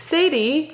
Sadie